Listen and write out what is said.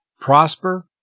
prosper